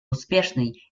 успешной